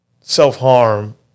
self-harm